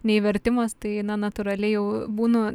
nei vertimas tai na natūraliai jau būnu